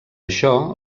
això